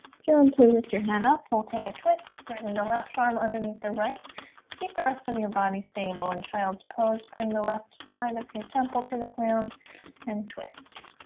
gently lift your hand up we'll take a twist threatening the left arm underneath the right keep the rest of your body stable in child's pose bring the left sign up your temple to the ground and twist